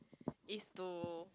it's to